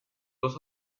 dos